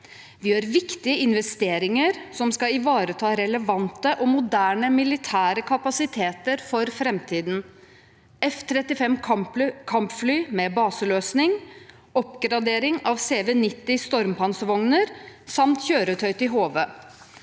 Vi gjør viktige investeringer som skal ivareta relevante og moderne militære kapasiteter for framtiden: – F-35 kampfly med baseløsning – oppgraderinger av CV 90 stormpanservogner – kjøretøy til HV